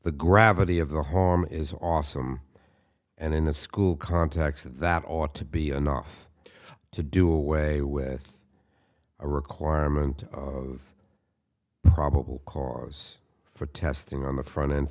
the gravity of the hormone is awesome and in a school context that ought to be anough to do away with a requirement of probable cause for testing on the front end